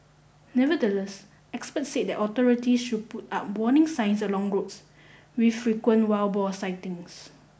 nevertheless experts said that authority should put up warning signs along roads with frequent wild boar sightings